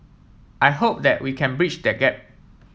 I hope that we can breach that gap